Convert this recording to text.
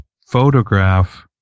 photograph